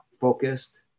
focused